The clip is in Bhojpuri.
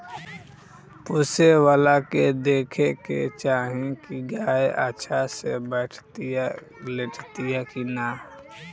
पोसेवला के देखे के चाही की गाय अच्छा से बैठतिया, लेटतिया कि ना